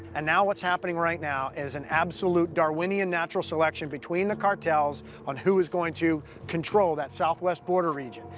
and now what's happening right now is an absolute darwinian natural selection between the cartels on who is going to control that southwest-border region.